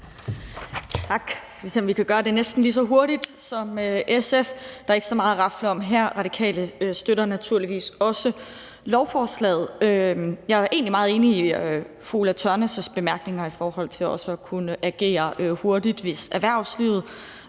om vi kan gøre det næsten lige så hurtigt som SF. Der er ikke så meget at rafle om her. Radikale støtter naturligvis også lovforslaget. Jeg er egentlig meget enig i fru Ulla Tørnæs' bemærkninger i forhold til også at kunne agere hurtigt, hvis det private